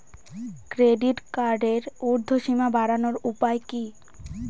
Credit কার্ডের উর্ধ্বসীমা বাড়ানোর উপায় কি?